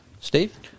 Steve